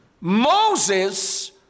Moses